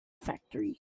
factory